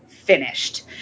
Finished